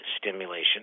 stimulation